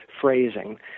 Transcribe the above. phrasing